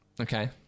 Okay